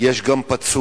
יש גם פצוע,